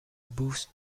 boost